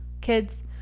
kids